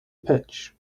pitch